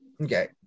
Okay